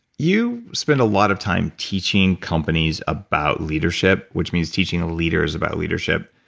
you spent a lot of time teaching companies about leadership which means teaching leaders about leadership.